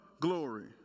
glory